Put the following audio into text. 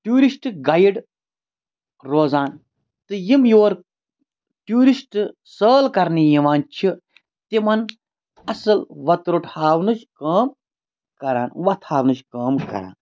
tourist guide روزان تہٕ یِم یور ٹیوٗرِسٹ سٲل کَرنہِ یِوان چھِ تِمَن اَصٕل وَتروٚٹ ہاونٕچ کٲم کَران وَتھ ہاونٕچ کٲم کَران